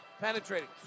penetrating